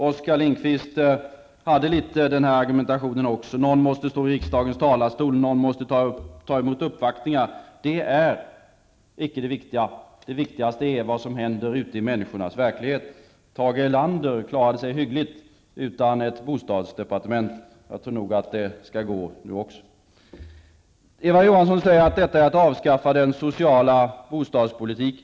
Oskar Lindkvist hade litet av den här argumentationen också -- att någon måste stå i riksdagens talarstol och att någon måste ta emot uppvaktningar. Det är icke det viktiga. Det viktigaste är vad som händer ute i människors verklighet. Tage Erlander klarade sig hyggligt utan ett bostadsdepartement, och jag tror nog att det skall gå nu också. Eva Johansson säger att detta är att avskaffa den sociala bostadspolitiken.